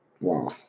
wow